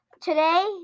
today